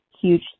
huge